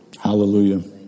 Hallelujah